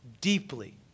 deeply